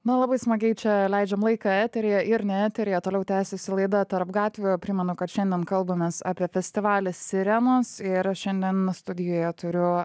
na labai smagiai čia leidžiam laiką eteryje ir eteryje toliau tęsiasi laida tarp gatvių primenu kad šiandien kalbamės apie festivalį sirenos ir šiandien studijoje turiu